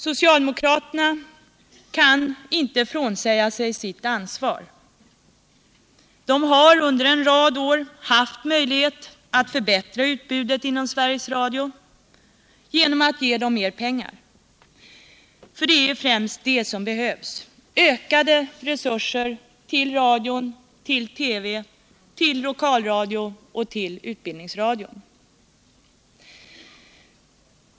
Socialdemokraterna kan inte frånsäga sig sitt ansvar — de har under en rad år haft möjlighet att förbättra utbudet inom Sveriges Radio genom att ge mer pengar. För det är främst detta som behövs: ökade resurser till radion, till TV och till lokalradion och utbildningsradion.